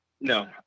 No